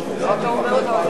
נתקבלו.